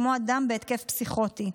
כמו אדם בהתקף פסיכוטי.